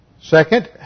Second